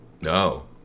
no